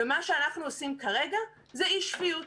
ומה שאנחנו עושים כרגע זה אי שפיות.